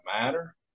matter